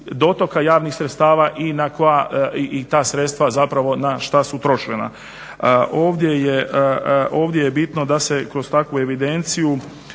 dotoka javnih sredstava i ta sredstva zapravo na šta su trošena. Ovdje je bitno da se kroz takvu evidenciju